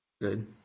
good